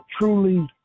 truly